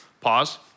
Pause